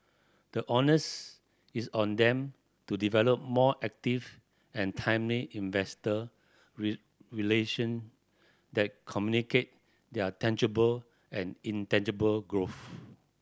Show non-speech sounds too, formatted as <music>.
the onus is on them to develop more active and timely investor <unintelligible> relation that communicate their tangible and intangible growth